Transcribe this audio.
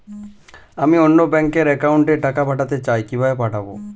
আমি অন্য ব্যাংক র অ্যাকাউন্ট এ টাকা পাঠাতে চাই কিভাবে পাঠাবো?